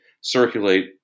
circulate